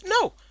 No